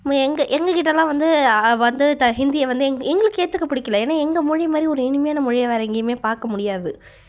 எங்கள் எங்கள் கிட்டேலாம் வந்து ஹிந்தியை வந்து எங்களுக்கு ஏற்றுக்க பிடிக்கல ஏன்னால் எங்கள் மொழி மாதிரி ஒரு இனிமையான மொழியை வேறு எங்கேயுமே பார்க்கமுடியாது